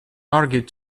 argued